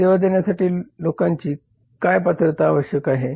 सेवा देण्यासाठी लोकांची काय पात्रता आवश्यक आहे